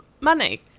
money